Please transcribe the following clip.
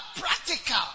practical